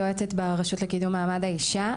יועצת ברשות לקידום מעמד האישה.